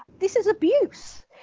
this is abuse.